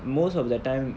most of the time